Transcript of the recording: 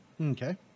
Okay